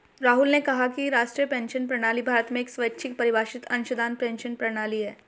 राहुल ने कहा कि राष्ट्रीय पेंशन प्रणाली भारत में एक स्वैच्छिक परिभाषित अंशदान पेंशन प्रणाली है